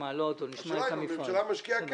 השאלה אם הממשלה משקיעה כסף,